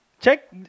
Check